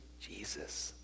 Jesus